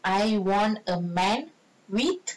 I want a man with